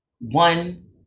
one